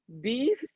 beef